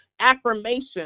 affirmation